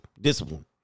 discipline